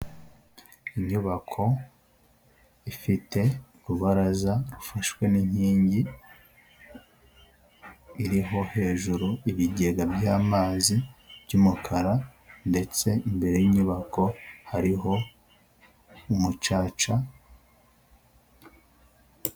Inyubako ifite urubaraza rufashwe n'inkingi, iriho hejuru ibigega by'amazi by'umukara ndetse imbere y'inyubako hariho umucaca.